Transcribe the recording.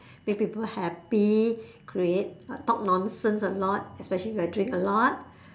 make people happy create talk nonsense a lot especially when I drink a lot